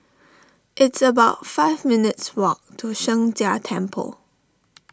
it's about five minutes' walk to Sheng Jia Temple